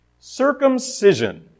Circumcision